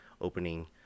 opening